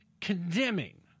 condemning